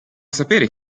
sapere